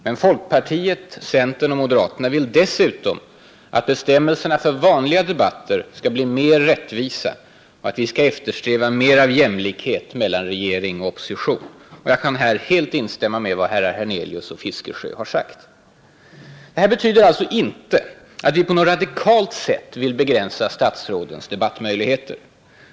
Men folkpartiet, centern och moderaterna vill dessutom att bestämmelserna för vanliga debatter skall bli mer rättvisa och att vi skall eftersträva större jämlikhet mellan regering och opposition. Jag kan här helt instämma i Vad herrar Hernelius och Fiskesjö har sagt. Det vi föreslår betyder alltså inte att vi på något radikalt sätt vill begränsa statsrådens debattmöjligheter.